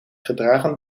gedragen